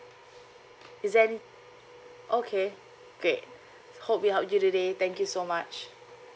is there any okay great hope we helped you today thank you so much